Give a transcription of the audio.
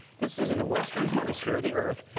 this is in the western hemisphere of the earth.